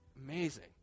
Amazing